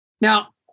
Now